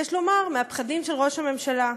יש לומר, מהפחדים של ראש הממשלה,